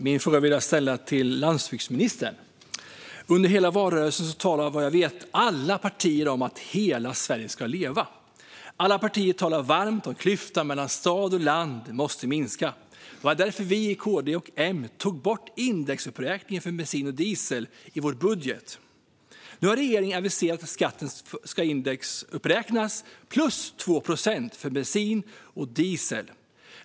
Fru talman! Jag vill ställa min fråga till landsbygdsministern. Under hela valrörelsen talade vad jag vet alla partier om att hela Sverige ska leva. Alla partier talade sig varma för att klyftan mellan stad och land måste minskas. Det var därför vi i KD och M tog bort indexuppräkningen för bensin och diesel i vår budget. Nu har regeringen aviserat att skatten ska indexuppräknas med 2 procent för bensin och diesel.